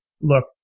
look